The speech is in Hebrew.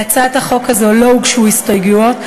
להצעת החוק לא הוגשו הסתייגויות,